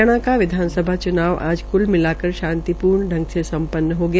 हरियाणा का विधानसभा च्नाव आज क्ल मिलाकर शांतिपूर्ण संग से संपन्न है गया